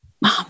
Mom